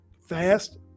fast